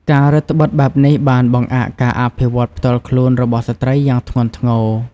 ការរឹតត្បិតបែបនេះបានបង្អាក់ការអភិវឌ្ឍន៍ផ្ទាល់ខ្លួនរបស់ស្ត្រីយ៉ាងធ្ងន់ធ្ងរ។